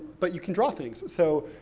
but you can draw things, so,